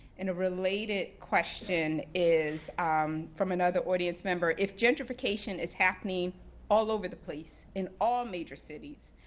and a related question is um from another audience member, if gentrification is happening all over the place in all major cities,